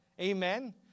Amen